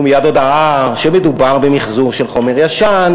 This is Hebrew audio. מייד הודעה שמדובר במיחזור של חומר ישן,